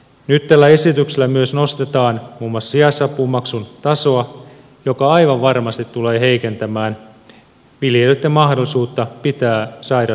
nyt tällä esityksellä myös nostetaan muun muassa sijaisapumaksun tasoa mikä aivan varmasti tulee heikentämään viljelijöitten mahdollisuutta pitää sairauslomiaan